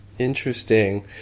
Interesting